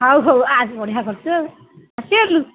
ହଉ ହଉ ବଢ଼ିଆ କରିଛୁ ଆଉ ଆସି ଗଲୁଣୁ